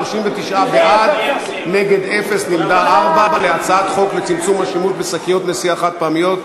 ההצעה להעביר את הצעת חוק לצמצום השימוש בשקיות נשיאה חד-פעמיות,